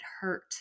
hurt